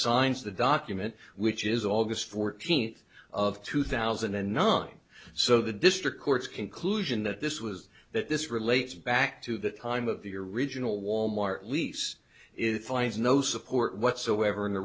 signs the document which is all this fourteenth of two thousand and nine so the district court's conclusion that this was that this relates back to the time of the original wal mart lease it finds no support whatsoever in the